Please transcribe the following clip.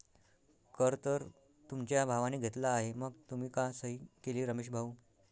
कर तर तुमच्या भावाने घेतला आहे मग तुम्ही का सही केली रमेश भाऊ?